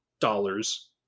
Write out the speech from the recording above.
dollars